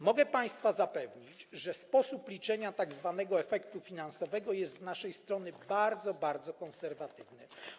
Mogę państwa zapewnić, że sposób liczenia tzw. efektu finansowego jest z naszej strony bardzo, bardzo konserwatywny.